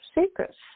secrets